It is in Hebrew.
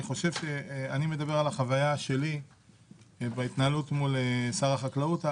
אני מדבר על החוויה שלי בהתנהלות מול שר החקלאות.